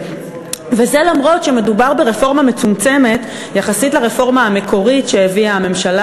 וזה למרות שמדובר ברפורמה מצומצמת יחסית לרפורמה המקורית שהביאה הממשלה